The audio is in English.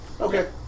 Okay